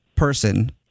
person